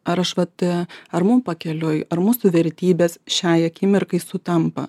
ar aš vat ar mum pakeliui ar mūsų vertybės šiai akimirkai sutampa